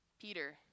Peter